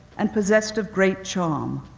and possessed of great charm,